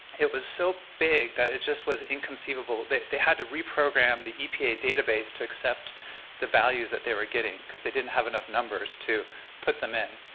it was so big that it just was inconceivable. they they had to reprogram the epa database to accept the values that they were getting because they didn't have enough numbers to put them in.